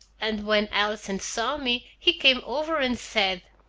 and, when allison saw me, he came over, and said,